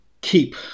keep